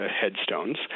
headstones